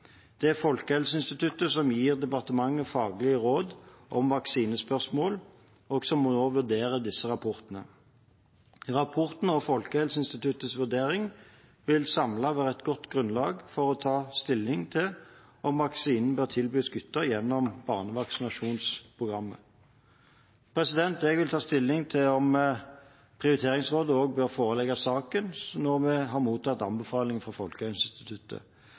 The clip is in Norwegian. Det er Folkehelseinstituttet som gir departementet faglige råd i vaksinespørsmål, og som også vurderer disse rapportene. Rapportene og Folkehelseinstituttets vurdering vil samlet være et godt grunnlag for å ta stilling til om vaksinen bør tilbys gutter gjennom barnevaksinasjonsprogrammet. Jeg vil ta stilling til om Prioriteringsrådet også bør forelegges saken når vi har mottatt anbefalingen fra